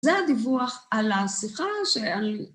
‫זה הדיווח על השיחה שעל...